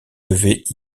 devait